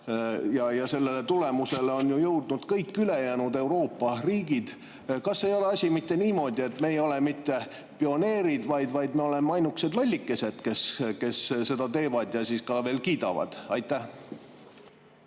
Selle tulemuseni on jõudnud ju kõik ülejäänud Euroopa riigid. Kas ei ole asi mitte niimoodi, et me ei ole mitte pioneerid, vaid ainukesed lollikesed, kes seda teevad ja siis seda ka veel kiidavad? Aitäh!